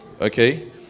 okay